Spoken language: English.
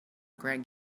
greg